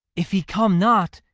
if he come not,